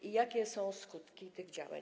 I jakie są skutki tych działań?